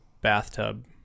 bathtub